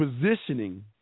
positioning